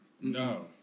No